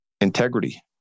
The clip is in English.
integrity